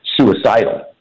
suicidal